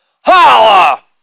Holla